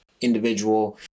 individual